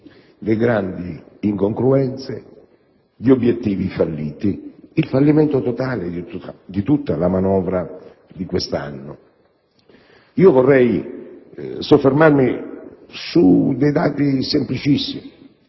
le grandi incongruenze, gli obiettivi falliti, il fallimento totale di tutta la manovra di quest'anno. Vorrei soffermarmi su alcuni dati semplicissimi.